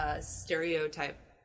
stereotype